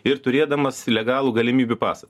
ir turėdamas legalų galimybių pasą